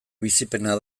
bizipena